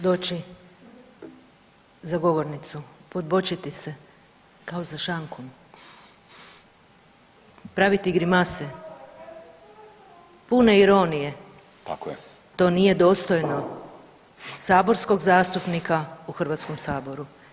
Doći za govornicu podbočiti se kao za šankom, praviti grimase pune ironije [[Upadica: Tako je.]] to nije dostojno saborskog zastupnika u Hrvatskom saboru.